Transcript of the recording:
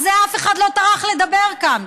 על זה אף אחד לא טרח לדבר כאן,